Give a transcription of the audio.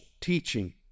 teaching